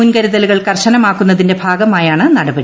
മുൻകരുതലുകൾ കർശനമാക്കുന്നതിന്റെ ഭാഗമായാണ് നടപടി